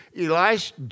Elisha